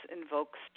invokes